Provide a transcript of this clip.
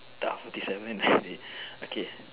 orh fifty seven it okay